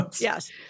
Yes